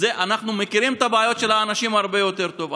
אנחנו מכירים את הבעיות של האנשים הרבה יותר טוב.